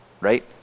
right